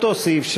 אותו סעיף,